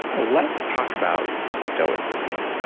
let's talk about stoicism.